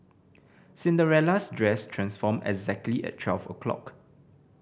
Cinderella's dress transformed exactly at twelve o' clock